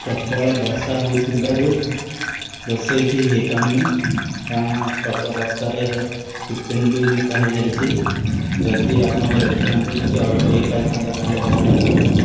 ପ୍ରବଳ ବର୍ଷା ହଉଥିବାରୁ ରୋଷେଇ ବି ହେଇପାରୁନି କାରଣ ପ୍ରବଳ ବର୍ଷାରେ କିଚେନ୍ ବି ଓଦା ହେଇଯାଇଛି ଯଦି ଆପଣଙ୍କ ରେଷ୍ଟୁରାଣ୍ଟରୁ କିଛି ଅର୍ଡ଼ର ହେଇପାରିଥାନ୍ତା ତାହେଲେ ଭଲ ହେଇଥାନ୍ତା